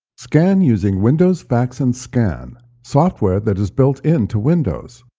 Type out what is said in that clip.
scan using windows fax and scan, software that is built-in to windows.